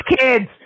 kids